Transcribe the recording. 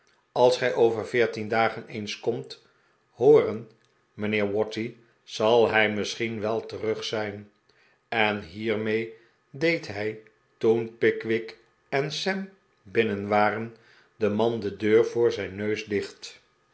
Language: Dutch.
als gij over veertien dagen eens komt hooren mijnheer watty zal hij misschien wel terug zijn en hiermee deed hij toen pickwick en sam binnen waren den man de deur voor den neus dicht